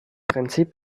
prinzip